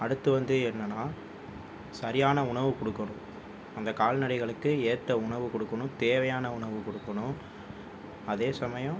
அடுத்து வந்து என்னன்னால் சரியான உணவு கொடுக்கணும் அந்த கால்நடைகளுக்கு ஏற்ற உணவு கொடுக்கணும் தேவையான உணவு கொடுக்கணும் அதே சமயம்